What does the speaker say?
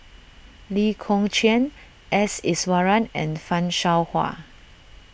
Lee Kong Chian S Iswaran and Fan Shao Hua